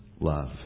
love